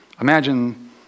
imagine